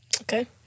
Okay